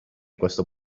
questo